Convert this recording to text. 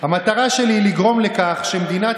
ביקורת ציבורית